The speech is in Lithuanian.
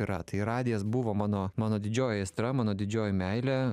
yra tai radijas buvo mano mano didžioji aistra mano didžioji meilė